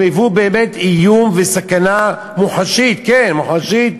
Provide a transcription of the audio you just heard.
הם היוו באמת איום וסכנה מוחשית, כן, מוחשית